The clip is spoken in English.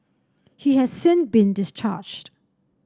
he has since been discharged